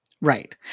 right